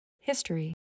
History